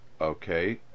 okay